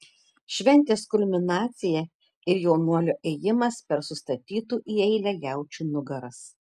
šventės kulminacija ir jaunuolio ėjimas per sustatytų į eilę jaučių nugaras